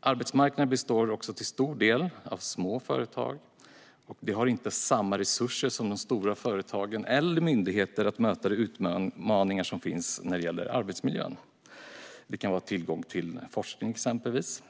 Arbetsmarknaden består till stor del av små företag, och de har inte samma resurser som stora företag eller myndigheter att möta de utmaningar som finns när det gäller arbetsmiljö. Det kan vara tillgång till forskning, exempelvis.